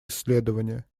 исследования